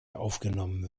aufgenommen